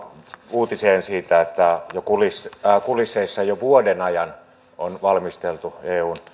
uutiseen siitä että kulisseissa jo vuoden ajan on valmisteltu eun